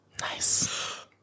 Nice